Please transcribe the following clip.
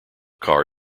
car